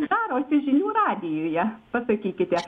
darosi žinių radijuje paskaitykite